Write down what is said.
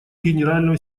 генерального